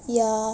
ya